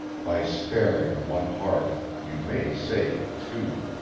by sparing one heart you may save two.